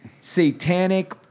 satanic